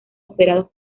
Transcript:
operados